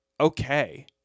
okay